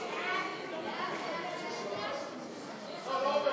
11 נתקבלו.